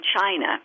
China